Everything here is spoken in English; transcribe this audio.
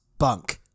bunk